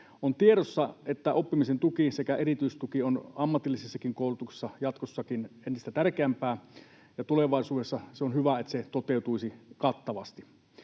On tiedossa, että oppimisen tuki sekä erityistuki on ammatillisessakin koulutuksessa jatkossakin entistä tärkeämpää, ja tulevaisuudessa olisi hyvä, että se toteutuisi kattavasti.